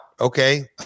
okay